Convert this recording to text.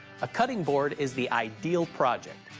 a cutting board is the ideal project,